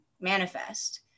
manifest